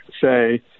say